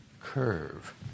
curve